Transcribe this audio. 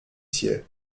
sied